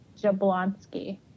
jablonski